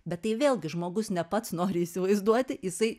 bet tai vėlgi žmogus ne pats nori įsivaizduoti jisai